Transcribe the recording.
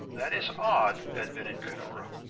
that is odd, admitted cunora.